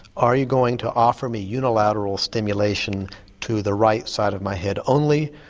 are you going to offer me unilateral stimulation to the right side of my head only,